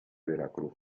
veracruz